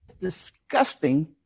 Disgusting